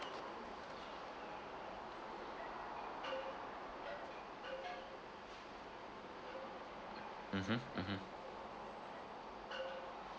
mmhmm mmhmm